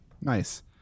Nice